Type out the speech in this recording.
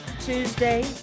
Tuesday